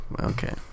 Okay